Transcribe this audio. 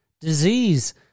disease